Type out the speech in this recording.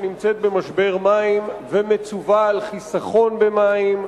שנמצאת במשבר מים ומצווה על חיסכון במים,